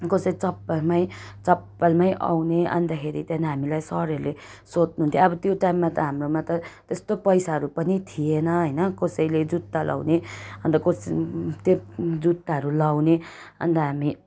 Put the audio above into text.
कसै चप्पलमै चप्पलमै आउने अन्तखेरि त्यहाँदेखि हामीलाई सरहरूले सोध्नुहुन्थ्यो अब त्यो टाइममा त हाम्रोमा त त्यस्तो पैसाहरू पनि थिएन होइन कसैले जुत्ता लाउने अन्त कसै त्यो जुत्ताहरू लाउने अन्त हामी